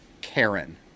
Karen